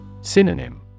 Synonym